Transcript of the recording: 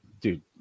dude